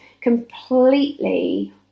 completely